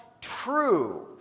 true